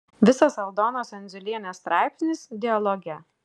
visas aldonos endziulienės straipsnis dialoge